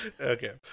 Okay